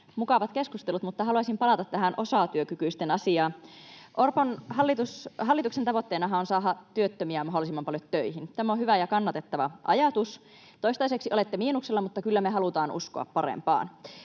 Mukavat keskustelut, mutta haluaisin palata tähän osatyökykyisten asiaan. Orpon hallituksen tavoitteenahan on saada työttömiä mahdollisimman paljon töihin, tämä on hyvä ja kannatettava ajatus. Toistaiseksi olette miinuksella, mutta kyllä me halutaan uskoa parempaan.